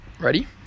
ready